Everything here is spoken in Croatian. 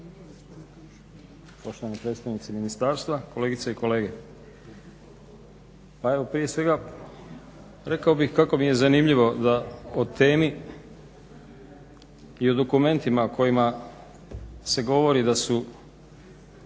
poštovani predstavnici ministarstva, kolegice i kolege. Pa evo prije svega rekao bih kako mi je zanimljivo da o temi i o dokumentima kojima se govori da su